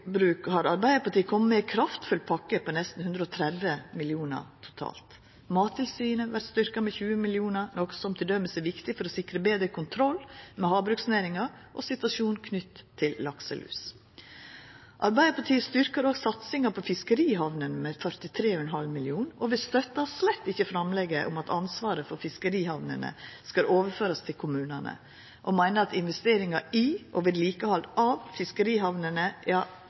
har Arbeidarpartiet kome med ei kraftfull pakke på nesten 130 mill. kr totalt. Mattilsynet vert styrkt med 20 mill. kr, noko som t.d. er viktig for å sikra betre kontroll med havbruksnæringa og situasjonen knytt til lakselus. Arbeidarpartiet styrkjer òg satsinga på fiskerihamnene med 43,5 mill. kr. Vi støttar slett ikkje framlegget om at ansvaret for fiskerihamnene skal overførast til kommunane, og vi meiner at investeringar i og vedlikehald av fiskerihamnene